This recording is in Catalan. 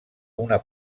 una